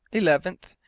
eleventh,